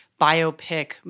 biopic